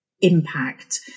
impact